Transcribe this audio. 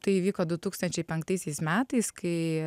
tai įvyko du tūkstančiai penktaisiais metais kai